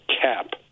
cap